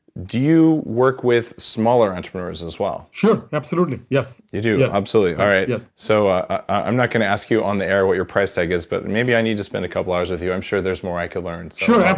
do you work with smaller entrepreneurs as well? sure, absolutely. yes you do? absolutely, alright. so, so, ah i'm not going to ask you on the air what your price tag is but and maybe i need to spend a couple hours with you. i'm sure there's more i could learn sure,